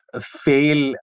fail